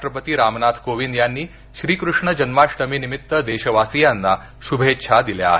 राष्ट्रपती रामनाथ कोविन्द यांनी श्रीकृष्ण जन्माष्टमी निमित्त देशवासीयांना शुभेच्छा दिल्या आहेत